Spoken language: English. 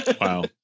wow